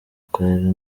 karere